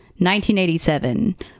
1987